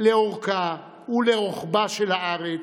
לאורכה ולרוחבה של הארץ,